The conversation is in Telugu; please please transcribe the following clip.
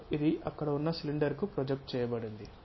సొ ఇది అక్కడ ఉన్న సిలిండర్కు ప్రొజెక్ట్ చేయబడింది